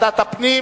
ועדת הפנים.